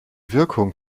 wirkung